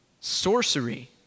sorcery